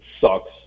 sucks